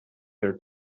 their